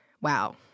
Wow